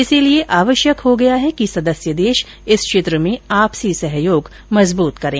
इसलिए आवश्यक हो गया है कि ॅसदस्य देश इस क्षेत्र में आपसी सहयोग मजबूत करें